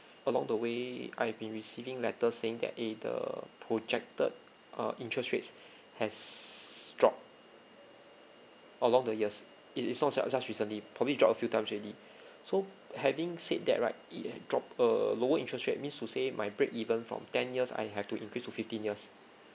along the way I've been receiving letters saying that eh the projected uh interest rates has dropped along the years is is not just just recently probably it drop a few times already so having said that right it had drop err lower interest rate means to say my break even from ten years I have to increase to fifteen years